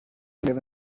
live